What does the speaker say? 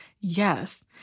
yes